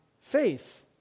faith